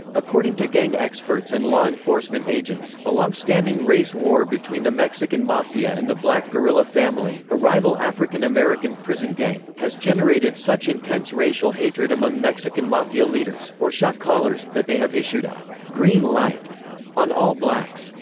according to gang experts and law enforcement agents, a longstanding race war between the mexican mafia and the black guerilla family, a rival african american prison gang, has generated such intense racial hatred among mexican mafia leaders, or shot callers, that they have issued a green light on all blacks.